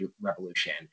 revolution